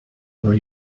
worry